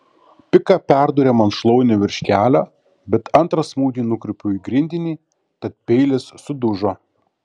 pika perdūrė man šlaunį virš kelio bet antrą smūgį nukreipiau į grindinį tad peilis sudužo